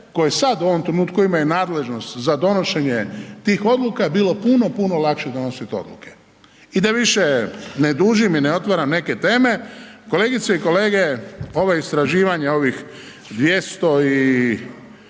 koje sad u ovom trenutku imaju nadležnost za donošenje tih odluka je bilo puno, puno lakše donosit odluke. I da više ne dužim i ne otvaram neke teme, kolegice i kolege ova istraživanja ovih 280